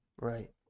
Right